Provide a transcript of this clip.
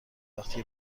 وقتی